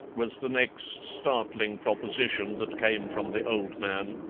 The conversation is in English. was the next startling proposition that came from the old man.